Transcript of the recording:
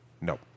No